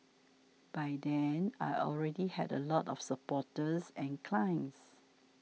by then I already had a lot of supporters and clients